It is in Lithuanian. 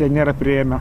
jie nėra priėmę